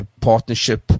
partnership